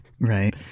Right